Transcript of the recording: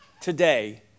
today